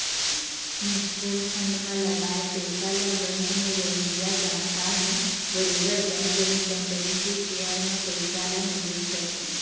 mutual fund म लगाए पइसा ल बेंक म रहइया जानकार मन बरोबर बने बने कंपनी के सेयर म पइसा ल निवेश करथे